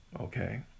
okay